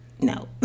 no